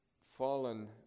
fallen